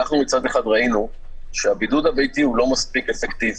מצד אחד ראינו שהבידוד הביתי לא אפקטיבי